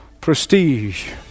prestige